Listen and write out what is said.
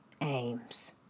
aims